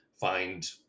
find